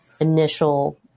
initial